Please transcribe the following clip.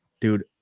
dude